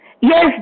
yes